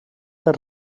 per